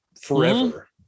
forever